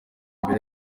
mbere